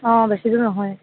অঁ বেছি দূৰ নহয়